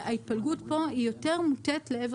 ההתפלגות פה היא יותר מוטית לעבר